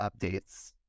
updates